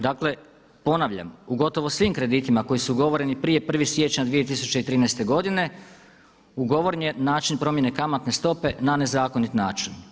Dakle, ponavljam u gotovo svim kreditima koji su ugovoreni prije 1. siječnja 2013. godine ugovoren je način promjene kamatne stope na nezakonit način.